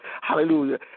hallelujah